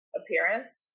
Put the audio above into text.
appearance